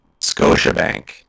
Scotiabank